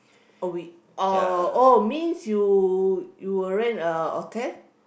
oh wait or oh means you you will rent a hotel